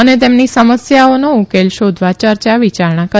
અને તેમની સમસ્યાઓનો ઉકેલ શોધવા ચર્ચા વિચારણા કરી